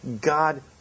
God